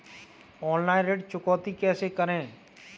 Online ऋण चुकौती कैसे करें?